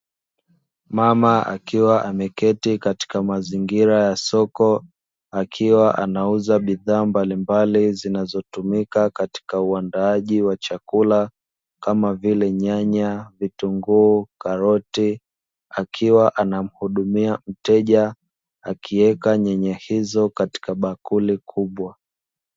Mama akiwa ameketi katika mazingira ya soko, akiwa anauza bidhaa mbalimbali zinazotumika katika uandaaji wa chakula, kama vile nyanya, vitunguu, karoti, akiwa anamhudumia mteja akiweka nyanya hizo katika bakuli kubwa.